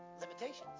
Limitations